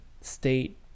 State